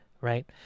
Right